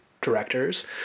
directors